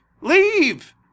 leave